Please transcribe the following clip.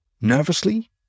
nervously